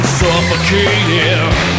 suffocating